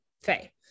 Faye